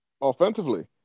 offensively